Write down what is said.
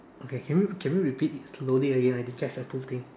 okay can you can you repeat it slowly again I didn't catch the whole thing